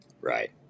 Right